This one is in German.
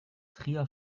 trier